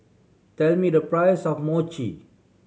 tell me the price of Mochi